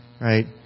Right